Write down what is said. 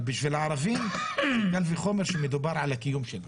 אבל בשביל הערבים קל וחומר שמדובר על הקיום שלהם.